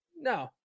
No